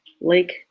lake